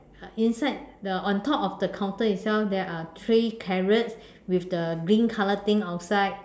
inside the on top of the counter itself there are three carrots with the green color thing outside